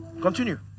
Continue